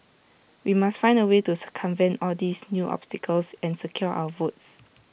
we must find A way to circumvent all these new obstacles and secure our votes